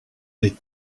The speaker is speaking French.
les